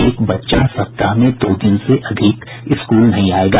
एक बच्चा सप्ताह में दो दिन से अधिक स्कूल नहीं आयेगा